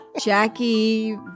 Jackie